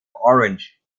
orange